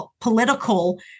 political